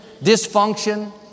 dysfunction